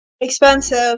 Expensive